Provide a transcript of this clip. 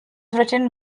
written